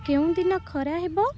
କେଉଁ ଦିନ ଖରା ହେବ